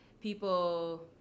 people